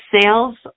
sales